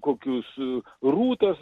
kokius rūtas